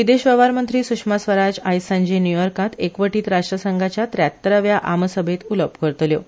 विदेश वेवहार मंत्री स्शमा स्वराज आयज सांजे न्य् यॉर्कात एकवोटीत राश्ट्रसंघाच्या त्र्यात्तराव्या आमसभैत उलोवप करतल्यो